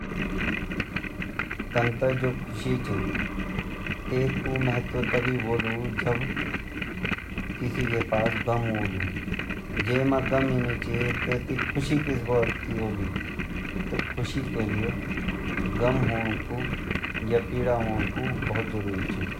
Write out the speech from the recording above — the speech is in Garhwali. हमें ख़ुशी बिना पीड़ा के कैसे मिल सकती है, हमे ख़ुशी मिलेगी पर हमे उसको महसूस नि कर पान अर जब क्वे दुखा बाद हमते क्वे ख़ुशी मिन ता हमते पता चन की हमते क्वे ख़ुशी मिनी ची येगा मतलब की पीडागा बाद ख़ुशी पता चलन बस।